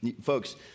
Folks